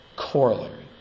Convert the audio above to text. corollary